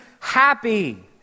happy